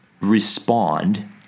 respond